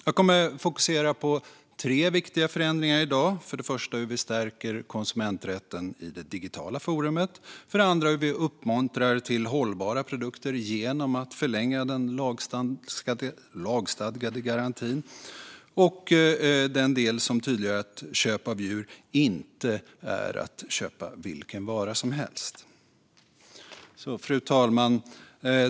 Jag kommer att fokusera på tre viktiga förändringar i dag: för det första hur vi stärker konsumenträtten i det digitala forumet, för det andra hur vi uppmuntrar till hållbara produkter genom att förlänga den lagstadgade garantin och för det tredje den del som tydliggör att ett köp av djur inte är ett köp av vilken vara som helst. Fru talman!